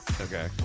Okay